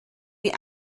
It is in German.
wir